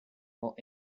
more